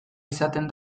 izaten